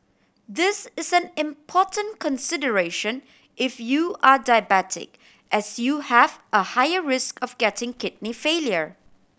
this is an important consideration if you are diabetic as you have a higher risk of getting kidney failure